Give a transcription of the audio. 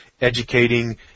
educating